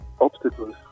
obstacles